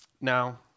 Now